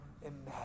imagine